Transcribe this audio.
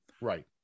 Right